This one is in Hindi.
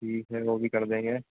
ठीक है वह भी कर देंगे